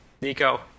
Nico